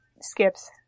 skips